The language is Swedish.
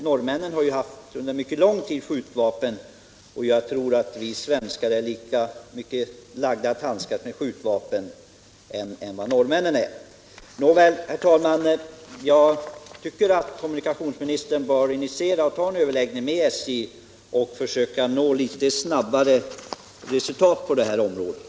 Norrmännen har ju under mycket lång tid haft skjutvapen, och jag tycker att vi svenskar bör vara lika mycket lagda för att handskas med skjutvapen som norrmännen. Nåväl, herr talman! Jag tycker att kommunikationsministern bör ta en överläggning med SJ och försöka nå litet snabbare resultat på det här området.